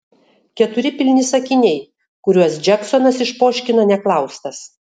keturi pilni sakiniai kuriuos džeksonas išpoškino neklaustas